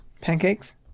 Pancakes